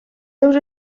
seus